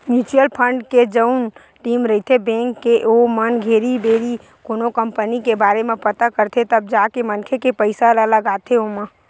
mutual fund के जउन team रहिथे बेंक के ओमन घेरी भेरी कोनो कंपनी के बारे म पता करथे तब जाके मनखे के पइसा ल लगाथे ओमा